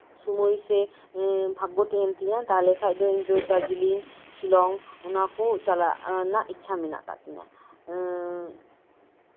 ᱥᱚᱢᱚᱭ ᱥᱮ ᱵᱷᱟᱜᱜᱚ ᱛᱟᱸᱦᱮᱱ ᱛᱤᱧᱟ ᱛᱟᱦᱞᱮ ᱠᱷᱟᱡ ᱫᱚ ᱤᱧ ᱫᱚ ᱫᱟᱨᱡᱤᱞᱤᱝ ᱥᱤᱞᱚᱝ ᱚᱱᱟ ᱠᱚ ᱪᱟᱞᱟᱜ ᱨᱮᱱᱟᱜ ᱤᱪᱪᱷᱟ ᱢᱮᱱᱟᱜ ᱠᱟᱜ ᱛᱤᱧᱟ ᱮᱜ